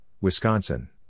Wisconsin